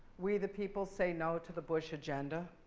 we the people say no to the bush agenda.